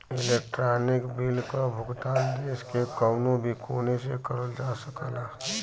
electronic bill क भुगतान देश के कउनो भी कोने से करल जा सकला